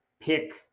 pick